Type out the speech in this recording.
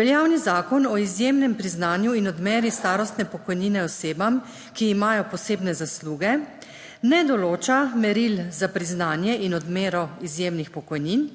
Veljavni zakon o izjemnem priznanju in odmeri starostne pokojnine osebam, ki imajo posebne zasluge, ne določa meril za priznanje in odmero izjemnih pokojnin